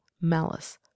malice